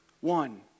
One